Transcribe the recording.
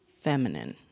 feminine